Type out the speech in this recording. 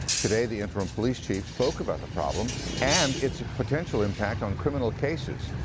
today, the interim police chief spoke about the problem and its potential impact on criminal cases.